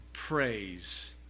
Praise